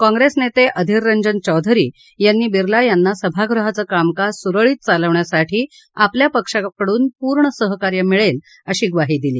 काँग्रेस नेते अधीर रंजन चौधरी यांनी बिर्ला यांना सभागृहाचं कामकाज सुरळीत चालवण्यासाठी आपल्या पक्षाकडून पूर्ण सहकार्य मिळेल अशी ग्वाही दिली